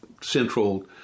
central